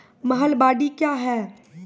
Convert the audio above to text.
महलबाडी क्या हैं?